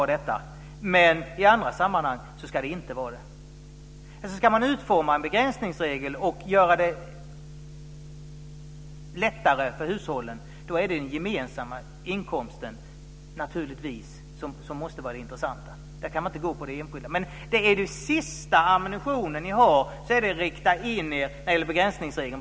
Där kan man inte gå på den enskilda inkomsten. Det är den sista ammunitionen ni har för att rikta in er på begränsningsregeln.